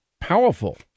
powerful